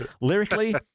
lyrically